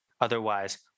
Otherwise